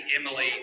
Emily